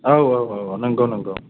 औ औ औ नोंगौ नोंगौ